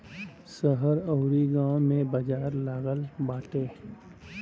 शहर अउरी गांव में बाजार लागत बाटे